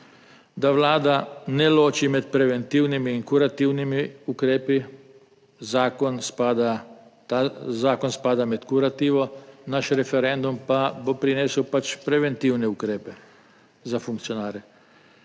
Da Vlada ne loči med preventivnimi in kurativnimi ukrepi. Zakon spada, ta zakon spada med kurativo, naš referendum pa bo prinesel pač preventivne ukrepe za funkcionarje.